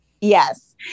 Yes